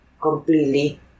completely